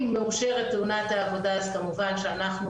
שאם מאושרת תאונת העבודה אז כמובן שאנחנו,